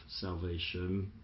salvation